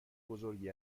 بزرگی